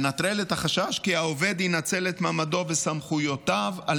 החשש כי העובד ינצל את מעמדו וסמכויותיו על